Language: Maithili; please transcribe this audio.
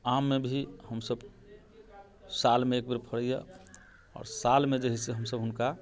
आममे भी हमसब सालमे एक बेर फरैये आओर सालमे जे है से हमसब हुनका